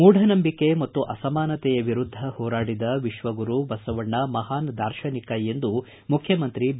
ಮೂಢನಂಬಿಕೆ ಮತ್ತು ಅಸಮಾನತೆಯ ವಿರುದ್ದ ಹೋರಾಡಿದ ವಿಶ್ವಗುರು ಬಸವಣ್ಣ ಮಹಾನ್ ದಾರ್ಶನಿಕ ಎಂದು ಮುಖ್ಚಮಂತ್ರಿ ಬಿ